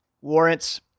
warrants